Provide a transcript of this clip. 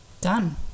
done